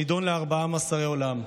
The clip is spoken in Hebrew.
שנידון ל-14 מאסרי עולם,